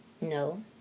No